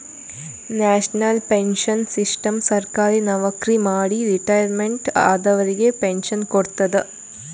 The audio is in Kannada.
ನ್ಯಾಷನಲ್ ಪೆನ್ಶನ್ ಸಿಸ್ಟಮ್ ಸರ್ಕಾರಿ ನವಕ್ರಿ ಮಾಡಿ ರಿಟೈರ್ಮೆಂಟ್ ಆದವರಿಗ್ ಪೆನ್ಶನ್ ಕೊಡ್ತದ್